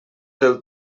del